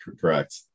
Correct